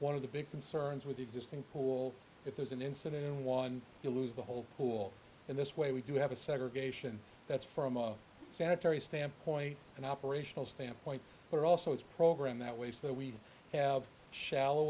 one of the big concerns with the existing pool if there's an incident in one you lose the whole pool in this way we do have a segregation that's from a sanitary standpoint an operational standpoint but also it's a program that ways that we have shallow